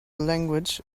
language